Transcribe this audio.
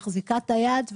מחזיקה להם את היד,